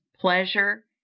pleasure